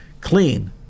clean